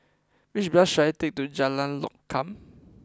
which bus should I take to Jalan Lokam